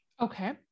Okay